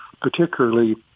particularly